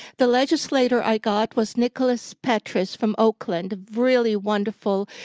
the legislator i got was nicholas petris from oakland. really wonderful,